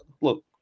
look